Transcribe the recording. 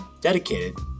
dedicated